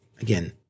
Again